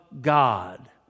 God